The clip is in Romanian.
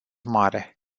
mare